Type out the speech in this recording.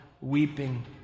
weeping